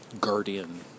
Guardian